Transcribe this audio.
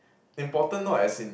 important not as in